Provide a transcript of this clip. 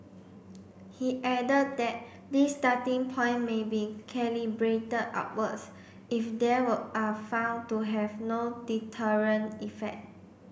he added that this starting point may be calibrated upwards if they were are found to have no deterrent effect